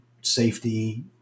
safety